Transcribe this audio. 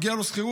מגיע לו שכירות?